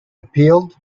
appealed